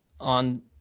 on